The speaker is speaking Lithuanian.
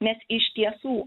nes iš tiesų